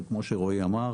אבל כמו שרועי אמר,